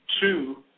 two